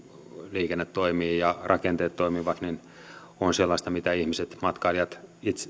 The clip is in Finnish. liikenne toimii ja rakenteet toimivat on sellaista mitä ihmiset matkailijat